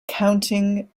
counting